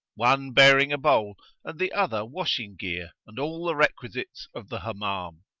one bearing a bowl and the other washing gear and all the requisites of the hammam.